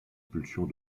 pulsions